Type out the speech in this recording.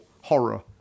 horror